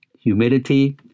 humidity